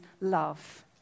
love